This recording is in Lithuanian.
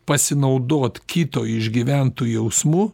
pasinaudot kito išgyventu jausmu